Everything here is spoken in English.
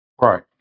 Right